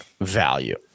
value